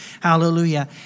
Hallelujah